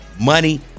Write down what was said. Money